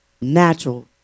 natural